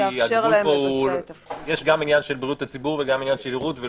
כי יש גם עניין של בריאות הציבור וגם עניין של נראות.